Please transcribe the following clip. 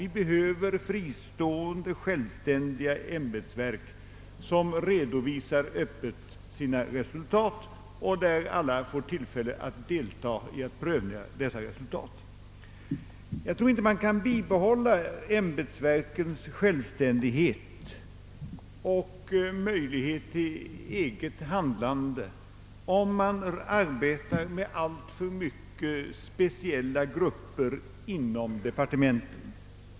Vi behöver fristående självständiga ämbetsverk som öppet redovisar sina resultat och där alla får tillfälle att delta och pröva dem. Jag anser inte att man kan bibehålla ämbetsverkens självständighet och möjlighet till eget handlande om man arbetar med alltför många speciella grupper inom departementen.